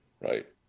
right